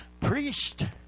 priest